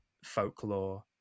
folklore